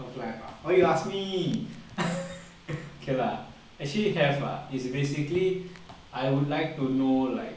love life ah why you ask me okay lah actually have lah is basically I would like to know like